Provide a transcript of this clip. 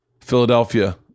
Philadelphia